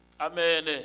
Amen